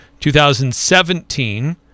2017